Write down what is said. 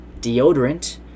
Deodorant